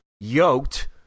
yoked